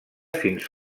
fins